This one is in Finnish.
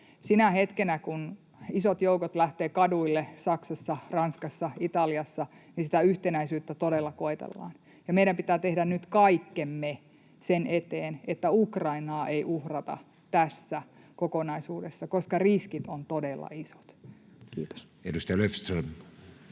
Sinä hetkenä, kun isot joukot lähtevät kaduille Saksassa, Ranskassa, Italiassa, sitä yhtenäisyyttä todella koetellaan. Meidän pitää tehdä nyt kaikkemme sen eteen, että Ukrainaa ei uhrata tässä kokonaisuudessa, koska riskit ovat todella isot. — Kiitos. [Speech 34]